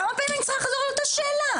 כמה פעמים אני צריכה לחזור על אותה שאלה?